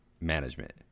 management